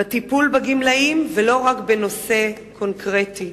בטיפול בגמלאים, ולא רק בנושא קונקרטי.